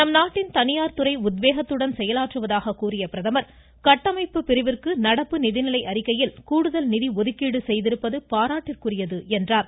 நம் நாட்டின் தனியார் துறை உத்வேகத்துடன் செயலாற்றுவதாக கூறிய அவர் கட்டமைப்பு பிரிவிற்கு நடப்பு நிதிநிலை அறிக்கையில் கூடுதல் நிதி ஒதுக்கீடு செய்திருப்பது பாராட்டுக்குரியது என்று குறிப்பிட்டார்